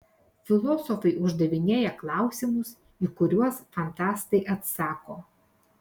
filosofai uždavinėja klausimus į kuriuos fantastai atsako